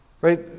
right